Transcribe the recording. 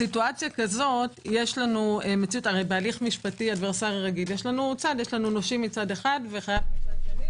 במצב כזה - בהליך משפטי רגיל יש נושים מצד אחד וחייבים מצד שני,